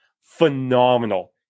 Phenomenal